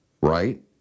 right